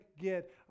get